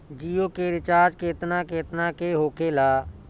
जियो के रिचार्ज केतना केतना के होखे ला?